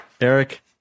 eric